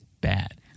bad